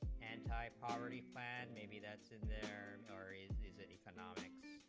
antipoverty plan maybe that's in there now raises an economics